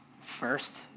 First